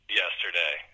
yesterday